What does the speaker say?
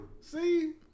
See